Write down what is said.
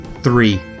Three